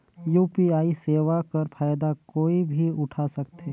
UPI सेवा कर फायदा कोई भी उठा सकथे?